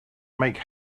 make